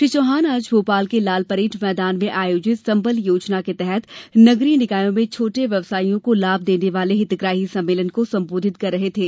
श्री चौहान आज भोपाल के लाल परेड़ मैदान में आयोजित संबल योजना के तहत नगरीय निकायों में छोटे व्यवसायियों को लाभ देने वाले हितग्राही सम्मेलन को संबोधित कर रहे थे